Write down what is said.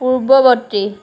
পূৰ্বৱৰ্তী